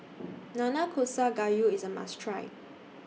Nanakusa Gayu IS A must Try